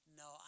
no